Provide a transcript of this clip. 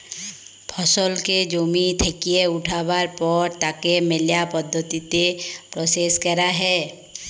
ফসলকে জমি থেক্যে উঠাবার পর তাকে ম্যালা পদ্ধতিতে প্রসেস ক্যরা হ্যয়